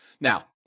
Now